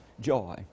Joy